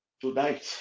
Tonight